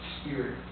spirit